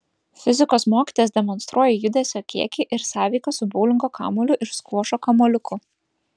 fizikos mokytojas demonstruoja judesio kiekį ir sąveiką su boulingo kamuoliu ir skvošo kamuoliuku